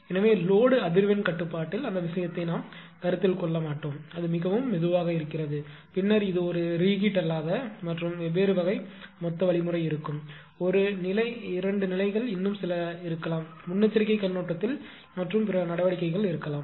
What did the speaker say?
எனவே லோடு அதிர்வெண் கட்டுப்பாட்டில் அந்த விஷயத்தை நாம் கருத்தில் கொள்ள மாட்டோம் அது மிகவும் மெதுவாக இருக்கிறது பின்னர் இது ஒரு ரிகீட் அல்லாத மற்றும் வெவ்வேறு வகை மொத்த வழிமுறை இருக்கும் ஒரு நிலை இரண்டு நிலைகள் இன்னும் சில இருக்கலாம் முன்னெச்சரிக்கை கண்ணோட்டத்தில் மற்றும் பிற நடவடிக்கைகள் இருக்கலாம்